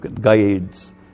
guides